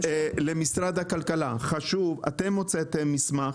משרד הכלכלה, אתם הוצאתם מסמך